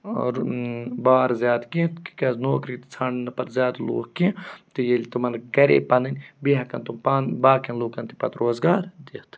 بار زیادٕ کینٛہہ تِکیٛازِ نوکری ژھانٛڈَن نہٕ پَتہٕ زیادٕ لوٗکھ کینٛہہ تہٕ ییٚلہِ تِمَن گَرے پَنٕںۍ بیٚیہِ ہٮ۪کَن تِم پانہٕ باقٕیَن لُکَن تہِ پَتہٕ روزگار دِتھ